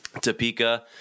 Topeka